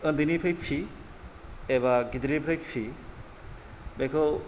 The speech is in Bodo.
उन्दैनिफाय फि एबा गिदिरनिफ्राय बेखौ